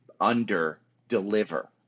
under-deliver